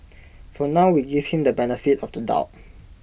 for now we give him the benefit of the doubt